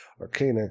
arcana